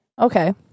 Okay